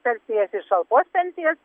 pensijas ir šalpos pensijas